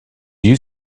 you